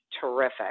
terrific